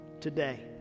today